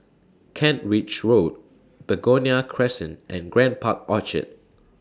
Kent Ridge Road Begonia Crescent and Grand Park Orchard